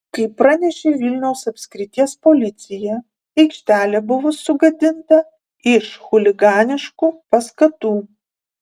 kaip pranešė vilniaus apskrities policija aikštelė buvo sugadinta iš chuliganiškų paskatų